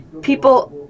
people